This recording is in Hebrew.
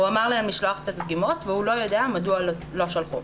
הוא אמר להם לשלוח את הדגימות והוא לא יודע מדוע לא שלחו.